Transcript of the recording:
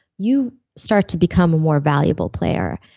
you start to become a more valuable player.